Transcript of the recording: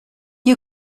you